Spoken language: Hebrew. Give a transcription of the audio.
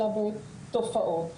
אלא בתופעות,